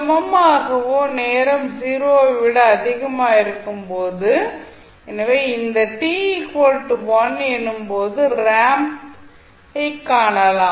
சமமாகவோ நேரம் 0 ஐ விட அதிகமாக இருக்கும்போது எனவே இந்த t1 எனும் போது ரேம்ப் ஐ காணலாம்